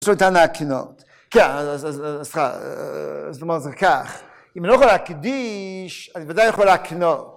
‫אז לא ניתן להקנות. ‫כן, אז למה זה כך? ‫אם אני לא יכול להקדיש, ‫אני בוודאי יכול להקנות.